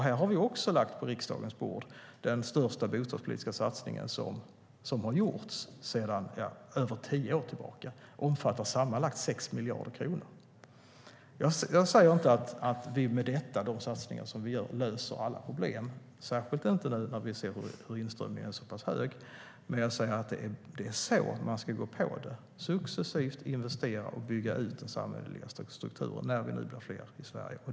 Vi har lagt fram förslag om den största bostadspolitiska satsningen på över tio år på riksdagens bord. Den omfattar sammanlagt 6 miljarder kronor. Jag säger inte att vi i och med de satsningar som vi gör löser alla problem, särskilt inte när vi ser att inströmningen är så pass stor. Men jag säger att det är på det sättet man ska gå till väga, alltså att successivt investera och bygga ut den samhälleliga strukturen när vi nu blir fler i Sverige.